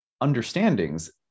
understandings